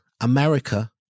America